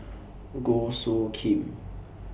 Goh Soo Khim